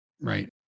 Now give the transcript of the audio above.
Right